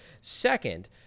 Second